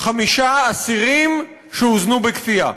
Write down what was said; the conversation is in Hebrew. חמישה אסירים שהוזנו בכפייה.